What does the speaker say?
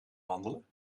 wandelen